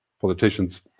politicians